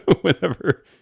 whenever